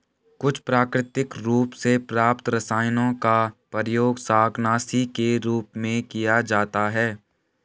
कुछ प्राकृतिक रूप से प्राप्त रसायनों का प्रयोग शाकनाशी के रूप में किया जाता है